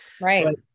Right